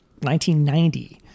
1990